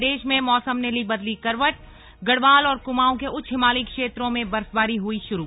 प्रदेश में मौसम ने बदली करवटगढ़वाल और कुमाऊं के उच्च हिमालयी क्षेत्रों में बर्फबारी हुई श्रू